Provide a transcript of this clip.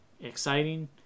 exciting